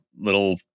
little